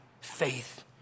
faith